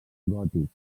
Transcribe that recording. gòtic